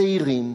צעירים